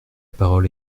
parole